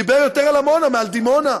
דיבר על עמונה יותר מעל דימונה,